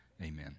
amen